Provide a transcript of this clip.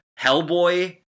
Hellboy